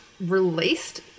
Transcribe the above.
released